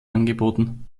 angeboten